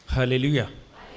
Hallelujah